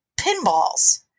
pinballs